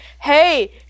hey